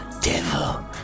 devil